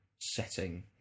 setting